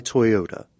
Toyota